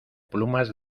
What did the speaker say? plumas